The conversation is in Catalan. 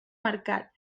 mercat